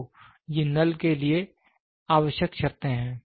तो ये नल के लिए आवश्यक शर्तें हैं